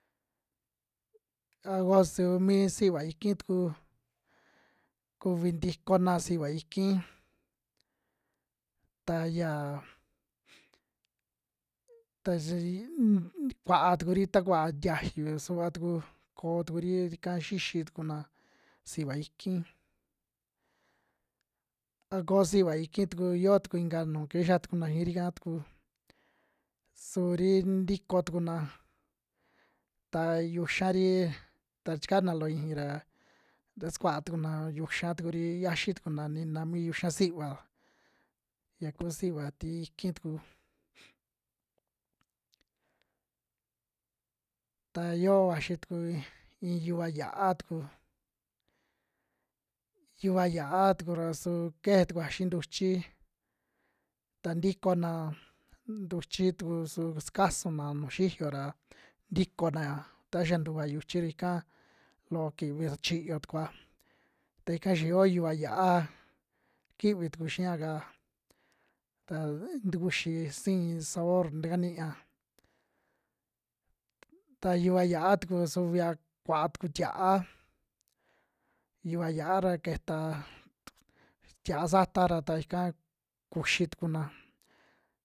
A koo su mi siva iki tuku kuvi ntikona siva iki, ta ya ta si i unk kuaa tukuri ta kuva ntiayu suva tuku koo tukuri ika xixi tukuna siva ikin, a koo siva iki yoo tuku inka nuu kixa tukuna xiiri'ka tuku suuri ntiko tukuna, ta yuxari ta chikana loo iixi ra ta sukaa tukuna yuxa tukuri yaxi tukuna, nina mi yuxa siva ya kuu siva ti iki tuku. Ta yoo vaxi tuku ink iin yuva yi'á tuku, yuva yi'á tuku ra su keje tukua xii ntuchi, ta ntikonaa ntuchi tuku su sukasuna nuu xiyo ra ntikona'a ta xia ntua yuchi ra ika loo kivi ra chiyo tukua, ta ika xa yoo yuva yi'á kivi tuku xia'ka, ta tukuxi sii sabor taka nia, ta yuva yi'á tuku kuvia kuaá tuku tia'a yuva yi'á ra keta tu tia'a sata ra ta ika kuxi tukuna.